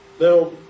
Now